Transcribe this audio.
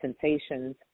sensations